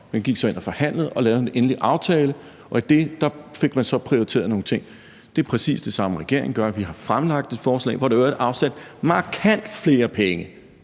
Man gik så ind og forhandlede og lavede en endelig aftale, og i den fik man så prioriteret nogle ting. Det er præcis det samme, regeringen gør. Vi har fremlagt et forslag, hvor der i øvrigt er afsat markant flere penge